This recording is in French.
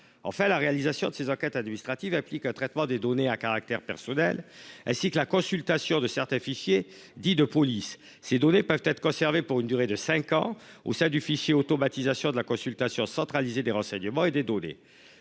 en fait à la réalisation de ces enquêtes administratives applique un traitement des données à caractère personnel ainsi que la consultation de certains fichiers dits de police ces données peuvent être conservées pour une durée de 5 ans au sein du fichier automatisation de la consultation centralisée des renseignements et des données